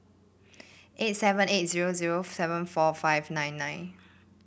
eight seven eight zero zero seven four five nine nine